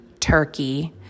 Turkey